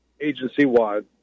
agency-wide